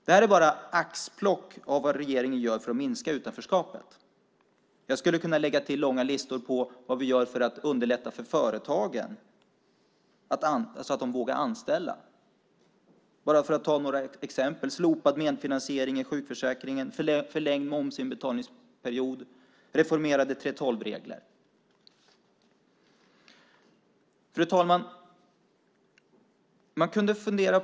Det här är bara axplock av vad regeringen gör för att minska utanförskapet. Jag skulle kunna lägga till långa listor på vad vi gör för att underlätta för företagen så att de vågar anställa. Låt mig ta några exempel: slopad medfinansiering i sjukförsäkringen, förlängd momsinbetalningsperiod och reformerade 3:12-regler. Fru talman!